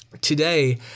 Today